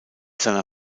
seiner